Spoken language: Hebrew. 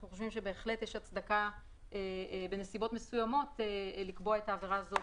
יש הצדקה לקבוע את העבירה הזאת,